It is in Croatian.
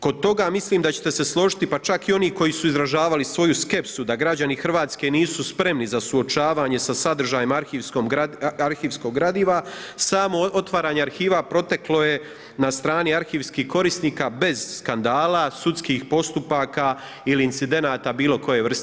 kod toga mislim da ćete se složiti pa čak i oni koji su izražavali svoju skepsu da građani Hrvatske nisu spremni za suočavanje sa sadržajem arhivskog gradiva, samo otvaranje arhiva proteklo je na strani arhivskih korisnika bez skandala, sudskih postupaka ili incidenata bilo koje vrste.